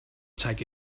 take